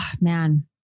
man